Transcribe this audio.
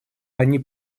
они